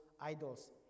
idols